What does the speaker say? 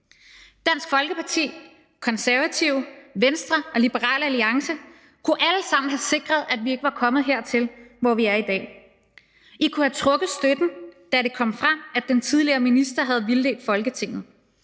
Dansk Folkeparti, Konservative, Venstre og Liberal Alliance kunne alle sammen have sikret, at vi ikke var kommet hertil, hvor vi er i dag. I kunne have trukket støtten, da det kom frem, at den tidligere minister havde vildledt Folketinget.